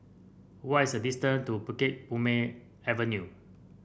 what is the distance to Bukit Purmei Avenue